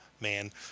man